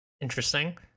Interesting